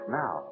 now